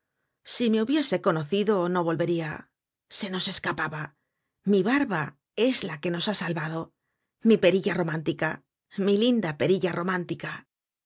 si me hubiese conocido no volveria se nos escapaba mi barba es la que nos ha salvado mi perilla romántica mi linda perilla romántica